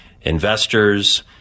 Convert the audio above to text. investors